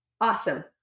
Awesome